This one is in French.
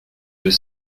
deux